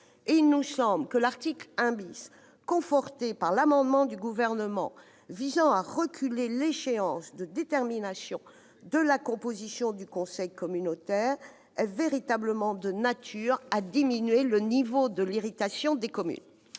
À notre sens, l'article 1 , conforté par l'amendement du Gouvernement visant à reculer l'échéance pour la détermination de la composition du conseil communautaire est véritablement de nature à diminuer le niveau d'irritation des communes.